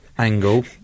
angle